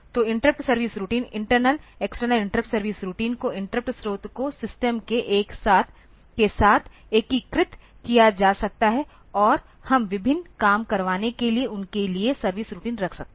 तो interrupt service routine internal external interrupt service routine को interrupt स्रोत को सिस्टम के साथ एकीकृत किया जा सकता है और हम विभिन्न काम करवाने के लिए उनके लिए सर्विस रूटीन रख सकते हैं